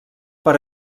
per